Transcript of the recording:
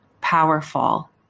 powerful